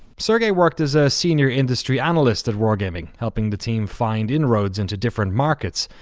sergey worked as a senior industry analyst at wargaming. helping the team find in-roads into different markets.